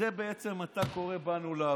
לזה אתה קורא "באנו לעבודה".